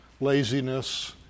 laziness